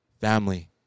family